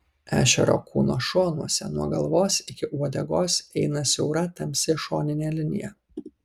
ešerio kūno šonuose nuo galvos iki uodegos eina siaura tamsi šoninė linija